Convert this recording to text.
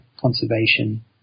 conservation